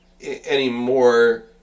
anymore